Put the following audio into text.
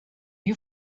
you